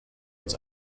uns